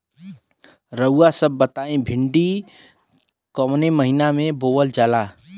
रउआ सभ बताई भिंडी कवने महीना में बोवल जाला?